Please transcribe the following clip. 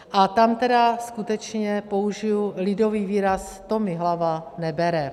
A tam tedy skutečně použiji lidový výraz: to mi hlava nebere.